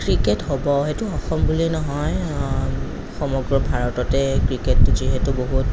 cricket হ'ব সেইটো অসম বুলি নহয় সমগ্ৰ ভাৰততে ক্ৰিকেট যিহেতু বহুত